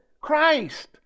Christ